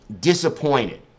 disappointed